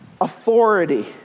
authority